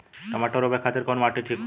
टमाटर रोपे खातीर कउन माटी ठीक होला?